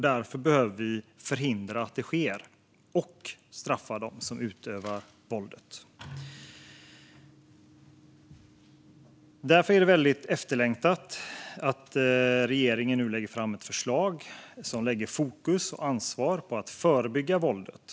Vi behöver förhindra att det sker och straffa dem som utövar våldet. Därför är det väldigt efterlängtat att regeringen nu lägger fram ett förslag som lägger fokus och ansvar på att förebygga våldet.